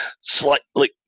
slightly